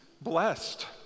blessed